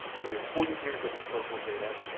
so we have forty years of historical data.